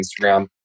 Instagram